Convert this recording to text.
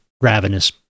ravenous